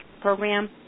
program